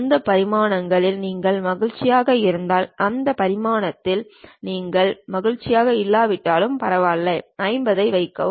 அந்த பரிமாணங்களில் நீங்கள் மகிழ்ச்சியாக இருந்தால் அந்த பரிமாணத்தில் நீங்கள் மகிழ்ச்சியாக இல்லாவிட்டால் பரவாயில்லை 50 ஐ வைக்கவும்